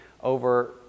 over